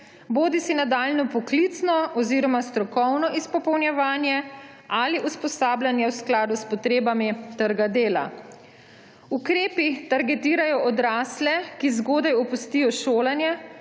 bodisi nadaljnje poklicno oziroma strokovno izpopolnjevanje ali usposabljanje v skladu s potrebami trga dela. Ukrepi targetirajo odrasle, ki zgodaj opustijo šolanje,